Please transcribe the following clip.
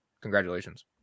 congratulations